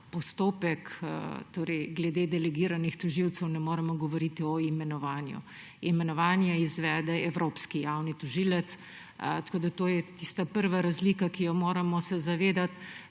postopku glede delegiranih tožilcev ne moremo govoriti o imenovanju. Imenovanje izvede evropski javni tožilec, tako da to je tista prva razlika, ki se je moramo zavedati,